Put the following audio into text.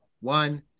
one